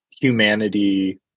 humanity